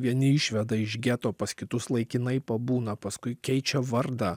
vieni išveda iš geto pas kitus laikinai pabūna paskui keičia vardą